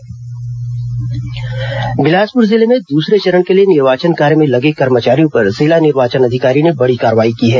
कर्मचारी निलंबित बिलासपुर जिले में दूसरे चरण के लिए निर्वाचन कार्य में लगे कर्मचारियों पर जिला निर्वाचन अधिकारी ने बड़ी कार्रवाई की है